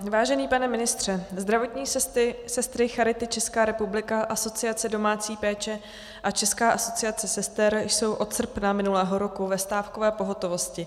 Vážený pane ministře, zdravotní sestry Charity Česká republika, Asociace domácí péče a České asociace sester jsou od srpna minulého roku ve stávkové pohotovosti.